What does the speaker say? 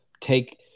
take